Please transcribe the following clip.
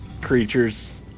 Creatures